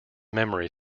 memory